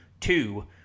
two